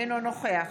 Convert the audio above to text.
אינו נוכח